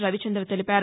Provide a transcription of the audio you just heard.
రవిచంద్ర తెలిపారు